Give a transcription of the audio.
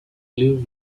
live